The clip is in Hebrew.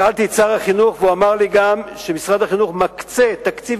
שאלתי את שר החינוך והוא אמר לי שמשרד החינוך מקצה תקציב